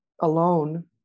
alone